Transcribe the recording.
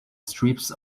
strips